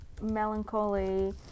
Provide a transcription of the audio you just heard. melancholy